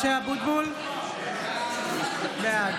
(קוראת בשמות חברי הכנסת) משה אבוטבול, בעד